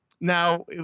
Now